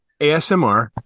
ASMR